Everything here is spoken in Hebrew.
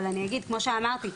אבל כמו שאמרתי,